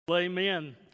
amen